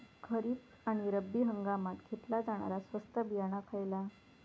खरीप आणि रब्बी हंगामात घेतला जाणारा स्वस्त बियाणा खयला?